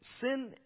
Sin